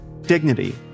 dignity